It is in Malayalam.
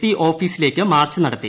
പി ഓഫീസിലേക്ക് മാർച്ച നടത്തി